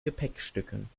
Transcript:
gepäckstücken